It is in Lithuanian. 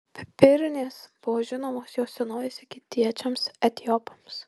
pipirnės buvo žinomos jau senovės egiptiečiams etiopams